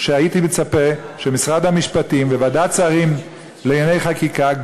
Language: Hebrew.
שהייתי מצפה שמשרד המשפטים וועדת שרים לענייני חקיקה,